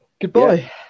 Goodbye